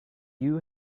you